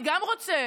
גם אני רוצה.